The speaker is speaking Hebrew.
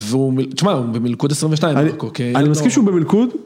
‫תשמע, הוא במלכוד 22, אוקיי? ‫-אני מסכים שהוא במלכוד?